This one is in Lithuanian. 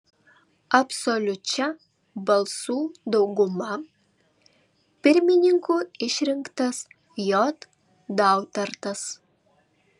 absoliučia balsų dauguma pirmininku išrinktas j dautartas